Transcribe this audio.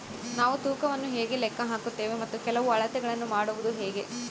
ನಾವು ತೂಕವನ್ನು ಹೇಗೆ ಲೆಕ್ಕ ಹಾಕುತ್ತೇವೆ ಮತ್ತು ಕೆಲವು ಅಳತೆಗಳನ್ನು ಮಾಡುವುದು ಹೇಗೆ?